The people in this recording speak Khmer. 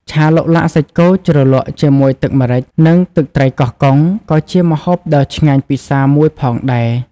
ឆាឡុកឡាក់សាច់គោជ្រលក់ជាមួយទឹកម្រេច និងទឹកត្រីកោះកុងក៏ជាម្ហូបដ៏ឆ្ងាញ់ពិសាមួយផងដែរ ។